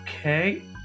Okay